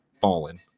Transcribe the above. Fallen